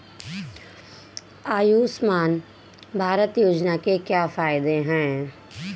आयुष्मान भारत योजना के क्या फायदे हैं?